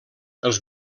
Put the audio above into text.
els